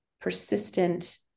persistent